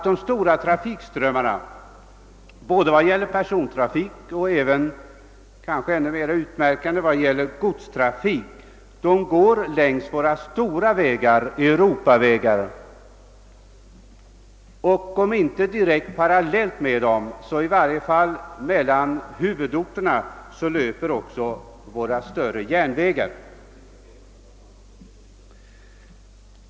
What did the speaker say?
De stora trafikströmmarna både när det gäller persontrafik och kanske i ännu högre grad när det gäller godstrafik går längs våra stora vägar — Europavägarna. Om inte parallellt med dessa vägar så dock mellan samma huvudor ter löper våra större järnvägar.